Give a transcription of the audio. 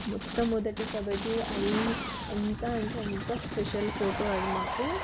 మొట్ట మొదటి కాబట్టి అది ఎంత అంటే ఎంత స్పెషల్ ఫోటో అది మాకు